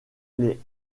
les